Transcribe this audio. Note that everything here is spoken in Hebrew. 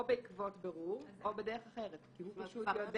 או בעקבות בירור או בדרך אחרת, כי הוא יודע.